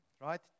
right